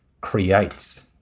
creates